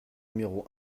numéro